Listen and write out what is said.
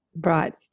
Right